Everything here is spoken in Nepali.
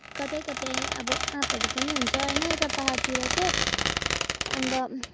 कतै कतै अब आँपहरू पनि हुन्छ होइन यता पाहाडतिर चाहिँ अन्त